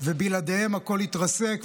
ושבלעדיהם הכול יתרסק.